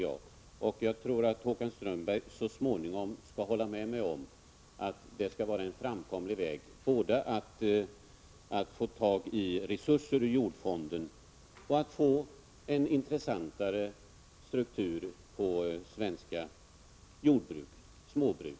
Jag tror att Håkan Strömberg så småningom kommer att hålla med mig om att det skall vara en framkomlig väg både att få loss resurser ur jordfonden och att få en intressantare struktur på svenska jordbruk — även småbruk.